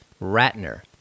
Ratner